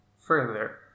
Further